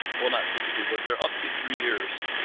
well, not typically, but they are up to three years.